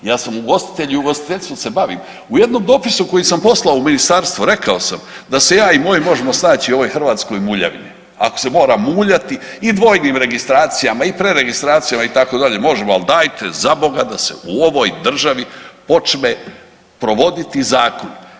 Ja sam ugostitelj i ugostiteljstvom se bavim u jednom dopisu koji sam poslao u ministarstvo rekao sam da se ja i moj možemo snaći u ovoj hrvatskoj muljavini, ako se mora muljati i dvojnim registracijama i … registracijama itd. možemo, ali dajte zaboga da se u ovoj državi počne provoditi zakon.